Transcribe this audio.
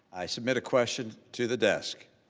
i sent a question to the desk.